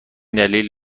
دلیل